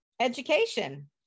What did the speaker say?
education